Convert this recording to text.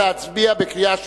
מבקש להצביע בקריאה שלישית.